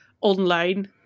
online